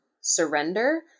surrender